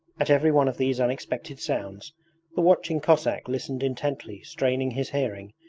at every one of these unexpected sounds the watching cossack listened intently, straining his hearing,